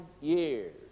years